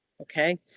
Okay